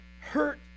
hurt